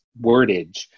wordage